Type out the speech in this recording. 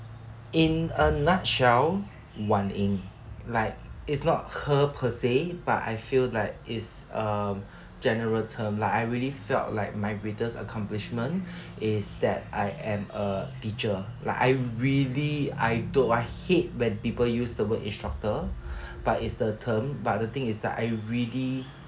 in a nutshell wan ying like it's not her per se but I feel that is um general term like I really felt like my greatest accomplishment is that I am a teacher like I really I don't I hate when people use the word instructor but it's the term but the thing is that I really